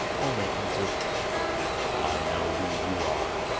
only answered i know who you are.